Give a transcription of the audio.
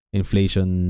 inflation